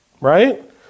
Right